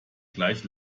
gleich